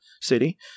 City